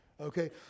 okay